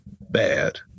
bad